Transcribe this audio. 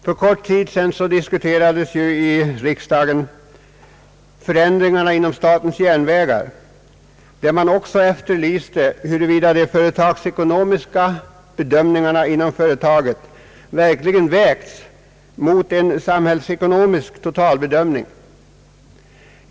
För kort tid sedan diskuterades i riksdagen förändringar inom statens järnvägar, då man också efterlyste huruvida de företagsekonomiska bedömningarna inom företaget verkligen vägts mot den samhällsekonomiska totalbedömningen.